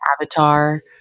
Avatar